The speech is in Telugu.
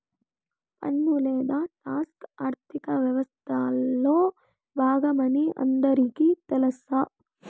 పన్ను లేదా టాక్స్ ఆర్థిక వ్యవస్తలో బాగమని అందరికీ తెల్స